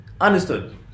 Understood